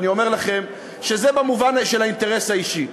אבל אני אומר לכם שזה במובן של האינטרס האישי.